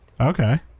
Okay